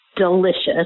Delicious